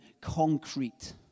concrete